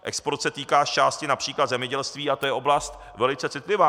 Export se týká zčásti například zemědělství a to je oblast velice citlivá.